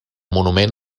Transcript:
document